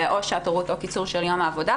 או שעת הורות או קיצור של יום העבודה,